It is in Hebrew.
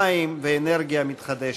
מים ואנרגיה מתחדשת.